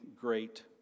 great